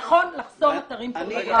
נכון לחסום אתרים פורנוגרפיים.